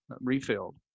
refilled